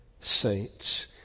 saints